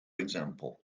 example